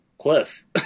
cliff